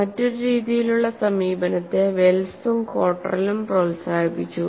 മറ്റൊരു രീതിയിലുള്ള സമീപനത്തെ വെൽസും കോട്രലും പ്രോത്സാഹിപ്പിച്ചു